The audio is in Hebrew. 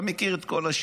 אתה מכיר את כל השיקולים,